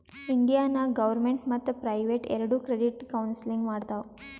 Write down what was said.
India ನಾಗ್ government ಮತ್ತ private ಎರೆಡು ಕ್ರೆಡಿಟ್ ಕೌನ್ಸಲಿಂಗ್ ಮಾಡ್ತಾವ್